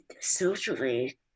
socially